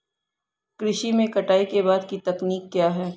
कृषि में कटाई के बाद की तकनीक क्या है?